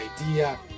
idea